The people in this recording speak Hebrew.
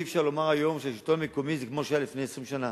ואי-אפשר לומר היום שהשלטון המקומי הוא כמו שהיה לפני 20 שנה.